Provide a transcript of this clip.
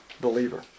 believer